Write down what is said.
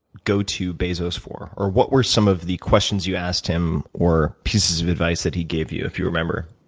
go to bezos for? or what were some of the questions you asked him or pieces of advice that he gave you, if you remember?